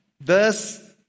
Verse